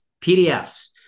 PDFs